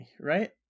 right